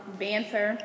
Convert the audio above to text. banter